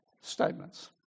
statements